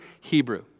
Hebrew